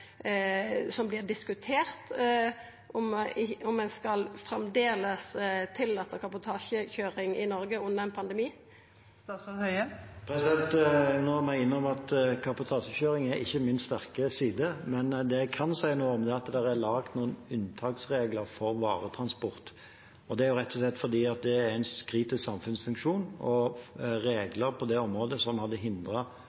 diskutert – om ein framleis skal tillata kabotasjekøyring i Noreg under ein pandemi? Nå må jeg innrømme at kabotasjekjøring ikke er min sterke side, men det jeg kan si noe om, er at det er laget noen unntaksregler for varetransport. Det er rett og slett fordi det er en kritisk samfunnsfunksjon, og